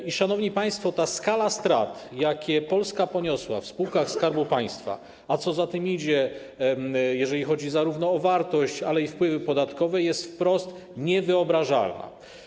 I, szanowni państwo, ta skala strat, jakie Polska poniosła w spółkach Skarbu Państwa, a co za tym idzie, jeżeli chodzi zarówno o wartość, jak i wpływy podatkowe, jest wprost niewyobrażalna.